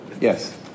Yes